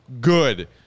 good